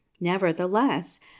nevertheless